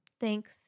thanks